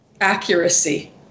accuracy